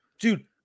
Dude